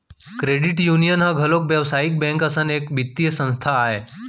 credit union ह घलोक बेवसायिक बेंक असन एक बित्तीय संस्था आय